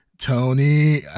Tony